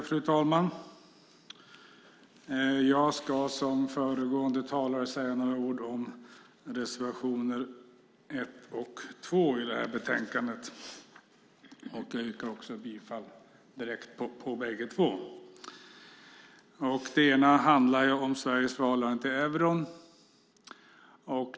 Fru talman! Jag ska liksom föregående talare säga några ord om reservationerna 1 och 2 i betänkandet. Jag yrkar också bifall till bägge två. Den ena reservationen handlar om Sveriges förhållande till euron.